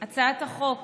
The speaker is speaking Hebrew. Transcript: הצעת החוק